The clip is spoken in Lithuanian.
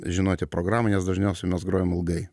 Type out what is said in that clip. žinoti programines dažniausiai mes grojam ilgai